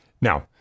Now